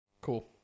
Cool